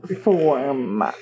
form